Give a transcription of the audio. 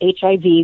HIV